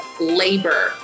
labor